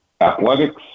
athletics